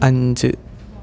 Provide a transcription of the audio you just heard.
അഞ്ച്